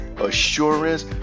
assurance